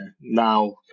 now